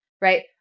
right